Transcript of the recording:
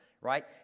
right